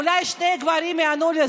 אולי שני גברים יענו על זה: